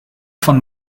von